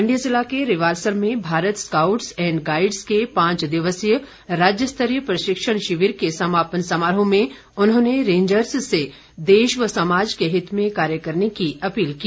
मंडी जिला के रिवाल्सर में भारत स्काउट्स एण्ड गाईडस के पांच दिवसीय राज्य स्तरीय प्रशिक्षण शिविर के समापन समारोह में उन्होंने रेंजर्स से देश व समाज के हित में कार्य करने की अपील की